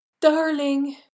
Darling